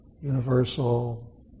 universal